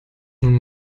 nun